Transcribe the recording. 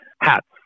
Hats